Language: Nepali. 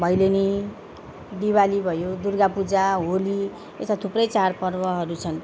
भैलेनी दिपावली भयो दुर्गापूजा होली यस्तो थुप्रै चाडपर्वहरू छन्